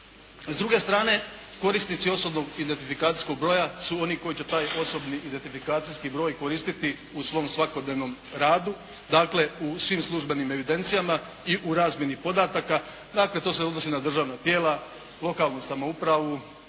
S druge strane, korisnici osobnog identifikacijskog broja su oni koji će taj osobni identifikacijski broj koristiti u svom svakodnevnom radu, dakle u svim službenim evidencijama i u razmjeni podataka, dakle to se odnosi na državna tijela, lokalnu samoupravu,